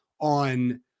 on